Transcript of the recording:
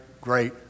great